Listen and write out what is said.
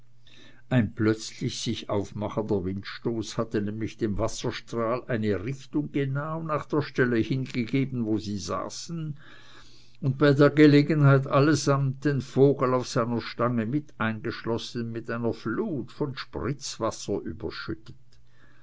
ein plötzlich sich aufmachender windstoß hatte nämlich dem wasserstrahl eine richtung genau nach der stelle hin gegeben wo sie saßen und bei der gelegenheit allesamt den vogel auf seiner stange mit eingeschlossen mit einer flut von spritzwasser überschüttet